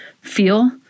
feel